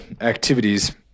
activities